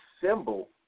symbol